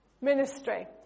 ministry